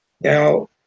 now